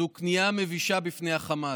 זו כניעה מבישה בפני החמאס.